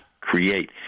create